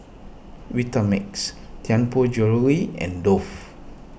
Vitamix Tianpo Jewellery and Dove